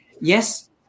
Yes